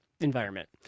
environment